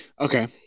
Okay